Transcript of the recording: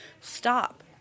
stop